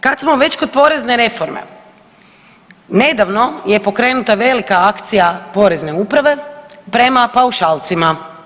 Kad smo već kod porezne reforme, nedavno je pokrenuta velika akcija porezne uprave prema paušalcima.